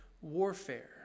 warfare